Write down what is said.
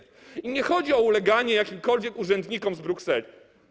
I nie chodzi o uleganie jakimkolwiek urzędnikom z Brukseli.